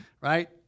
right